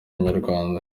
inyarwanda